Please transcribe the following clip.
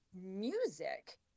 music